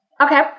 Okay